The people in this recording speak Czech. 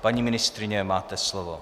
Paní ministryně, máte slovo.